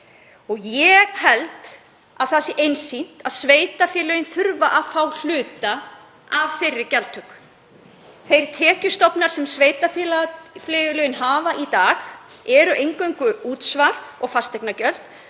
Ég held að það sé einsýnt að sveitarfélögin þurfi að fá hluta af þeirri gjaldtöku. Þeir tekjustofnar sem sveitarfélögin hafa í dag eru eingöngu útsvar og fasteignagjöld